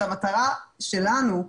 זה המטרה שלנו.